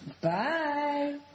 Bye